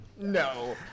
No